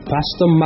Pastor